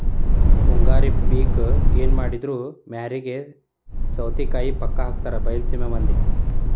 ಮುಂಗಾರಿ ಪಿಕ್ ಎನಮಾಡಿದ್ರು ಮ್ಯಾರಿಗೆ ಸೌತಿಕಾಯಿ ಪಕ್ಕಾ ಹಾಕತಾರ ಬೈಲಸೇಮಿ ಮಂದಿ